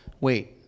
wait